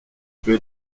peux